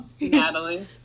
Natalie